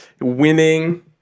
winning